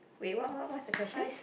wait what what what's the question